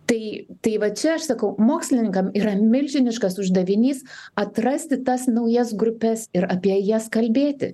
tai tai va čia aš sakau mokslininkam yra milžiniškas uždavinys atrasti tas naujas grupes ir apie jas kalbėti